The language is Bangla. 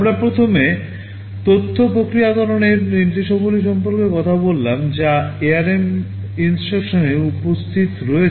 আমরা প্রথমে তথ্য প্রক্রিয়াকরণের নির্দেশাবলী সম্পর্কে কথা বললাম যা ARM INSTRUCTIONয় উপস্থিত রয়েছে